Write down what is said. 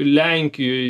lenkijoj jungtyje